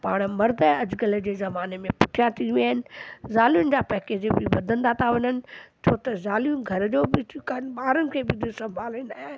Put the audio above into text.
पाण मर्द अॼुकल्ह जे ज़माने में पुठिया थी विया आहिनि ज़ालियुनि जा पैकेज बि वधंदा त वञनि छो त ज़ालियूं घर जो बि थियूं कनि ॿारनि खे बि थियूं संभालनि